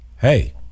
Hey